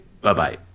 bye-bye